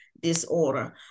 disorder